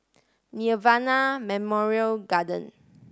Nirvana Memorial Garden